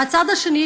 מהצד השני,